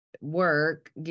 work